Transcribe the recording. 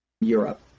Europe